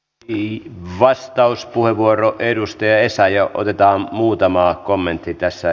viikin vastauspuheenvuoro edustaja esa ja otetaan muutama kommentti tässä